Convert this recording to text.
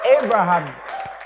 Abraham